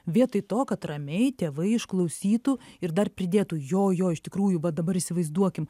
vietoj to kad ramiai tėvai išklausytų ir dar pridėtų jo jo iš tikrųjų va dabar įsivaizduokim